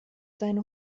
seine